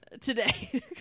today